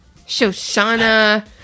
Shoshana